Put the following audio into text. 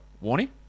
warning